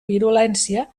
virulència